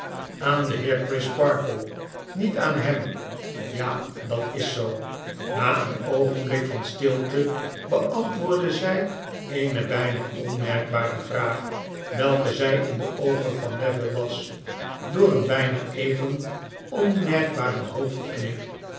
wordt bebeid heer crisparkle niet aan hem ja dat is zoo na een oogenblik van stilte beantwoordde zy eene byna onmerkbare vraag welke zij in de oogen van neville las door een byna even onmerkbaren hoofdknik